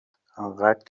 انقدر